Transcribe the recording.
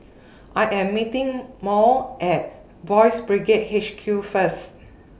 I Am meeting Murl At Boys' Brigade H Q First